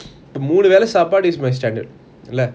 மூணு வேலை சாப்பாடு:moonu velai sapadu is my standard இல்ல:illa